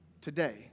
today